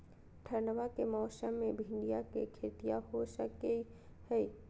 ठंडबा के मौसमा मे भिंडया के खेतीया हो सकये है?